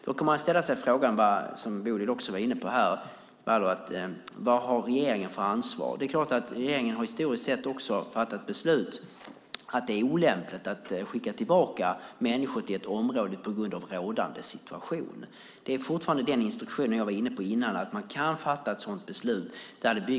Då kan man ställa sig frågan, som Bodil också var inne på, vad regeringen har för ansvar. Regeringen har historiskt sett fattat beslut att det är olämpligt att skicka tillbaka människor till ett område på grund av rådande situation. Det var den instruktionen jag var inne på. Man kan fatta ett sådant beslut.